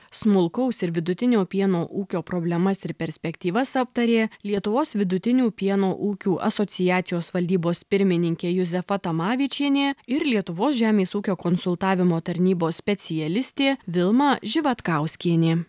smulkaus ir vidutinių pieno ūkio problemas ir perspektyvas aptarė lietuvos vidutinių pieno ūkių asociacijos valdybos pirmininkė juzefa tamavičienė ir lietuvos žemės ūkio konsultavimo tarnybos specialistė vilma živatkauskienė